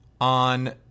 on